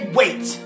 wait